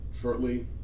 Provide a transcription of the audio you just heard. shortly